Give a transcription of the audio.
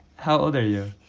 how old are you?